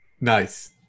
Nice